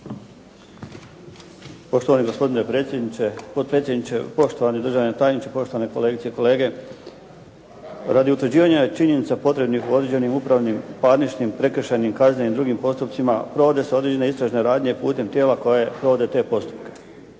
Poštovani gospodine potpredsjedniče, poštovani državni tajniče, poštovane kolegice i kolege. Radi utvrđivanja činjenica potrebnih u određenim upravnim, parničnim, prekršajnim, kaznenim i drugim postupcima provode se određene istražne radnje putem tijela koji vode te postupke.